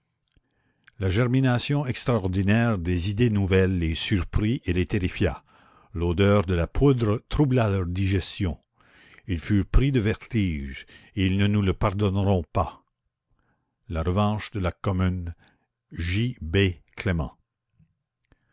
la germination extraordinaire des idées nouvelles les surprit et les terrifia l'odeur de la poudre troubla leur digestion ils furent pris de vertige et ils ne nous le pardonneront pas la revanche de la commune